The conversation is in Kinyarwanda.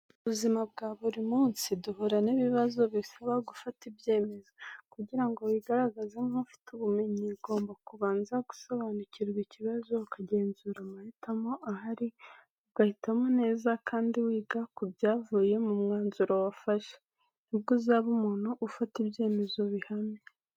Mu buzima bwa buri munsi duhura n’ibibazo bisaba gufata ibyemezo. Kugira ngo wigaragaze nk’ufite ubumenyi, ugomba kubanza gusobanukirwa ikibazo, ukagenzura amahitamo ahari, ugahitamo neza kandi wiga ku byavuye mu mwanzuro wafashe. Ni bwo uzaba umuntu ufata ibyemezo bihamye.